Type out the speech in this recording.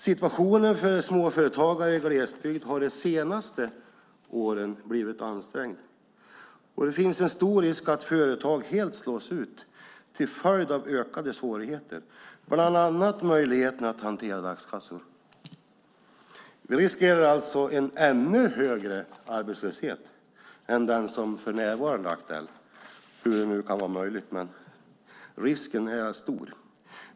Situationen för småföretagare i glesbygd har de senaste åren blivit ansträngd. Det finns en stor risk för att företag helt slås ut till följd av ökade svårigheter, bland annat gällande möjligheten att hantera dagskassor. Vi riskerar alltså en ännu högre arbetslöshet än den som för närvarande är aktuell, hur det nu kan vara möjligt. Risken är stor.